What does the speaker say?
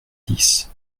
dix